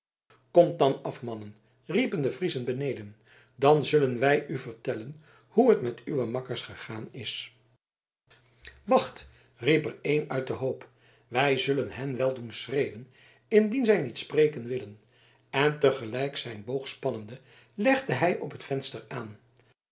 komt dan af mannen riepen de friezen beneden dan zullen wij u vertellen hoe het met uwe makkers gegaan is wacht riep er een uit den hoop wij zullen hen wel doen schreeuwen indien zij niet spreken willen en te gelijk zijn boog spannende legde hij op het venster aan